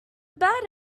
bad